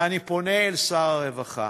ואני פונה אל שר הרווחה,